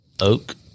oak